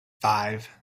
five